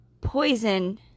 poison